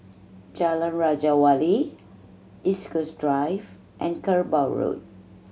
Jalan Raja Wali East Coast Drive and Kerbau Road